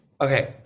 Okay